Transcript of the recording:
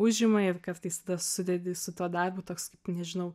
užima ir kartais tada sudedi su tuo darbu toks nežinau